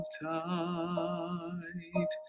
tight